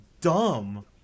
dumb